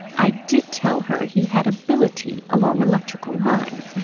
i did tell her he had ability along electrical lines,